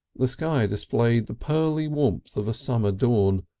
the sky displayed the pearly warmth of a summer dawn,